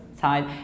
side